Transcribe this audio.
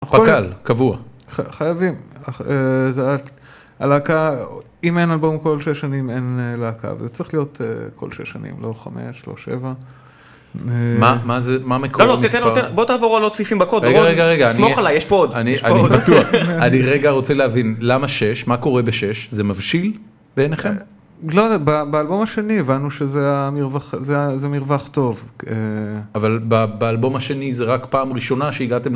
פקל, קבוע. חייבים. הלהקה, אם אין אלבום כל שש שנים, אין להקה. זה צריך להיות כל שש שנים, לא חמש, לא שבע. מה מקור המספר? לא, בוא תעבור על עוד סעיפים בקוד. רגע, רגע, רגע. סמוך עליי, יש פה עוד. אני בטוח. אני רגע רוצה להבין, למה שש? מה קורה בשש? זה מבשיל בעיניכם? לא יודע, באלבום השני הבנו שזה מרווח טוב. אבל באלבום השני זה רק פעם ראשונה שהגעתם?